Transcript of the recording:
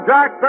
Jack